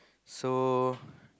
so